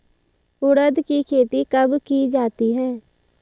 उड़द की खेती कब की जाती है?